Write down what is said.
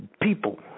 people